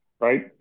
right